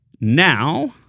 Now